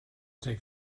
take